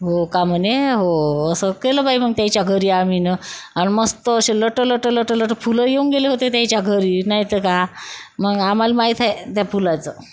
हो का म्हणे हो असं केलं बाई मग त्याच्या घरी आम्ही ना आणि मस्त असे लटं लटं लटं लटं फुलं येऊन गेले होते त्याच्या घरी नाहीतर का मग आम्हाला माहीत आहे त्या फुलाचं